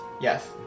Yes